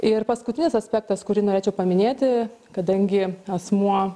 ir paskutinis aspektas kurį norėčiau paminėti kadangi asmuo